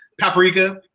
paprika